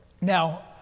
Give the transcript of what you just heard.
now